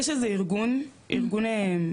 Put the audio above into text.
יש איזה ארגון אפריקאי,